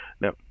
Now